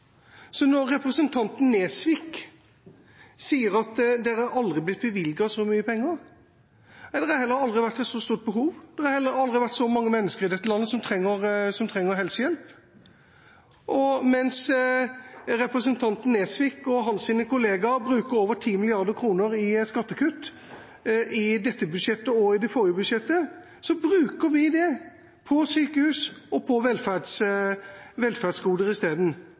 så mye penger. Men det har heller aldri vært et så stort behov. Det har aldri vært så mange mennesker i dette landet som trenger helsehjelp. Mens representanten Nesvik og hans kolleger bruker over 10 mrd. kr på skattekutt i dette budsjettet og i det forrige budsjettet, bruker vi det på sykehus og på velferdsgoder isteden.